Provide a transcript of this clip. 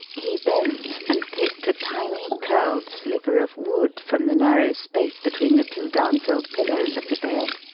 he bent and picked a tiny curled sliver of wood from the narrow space between the two down-filled pillows of the bed,